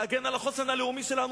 להגן על החוסן הלאומי שלנו,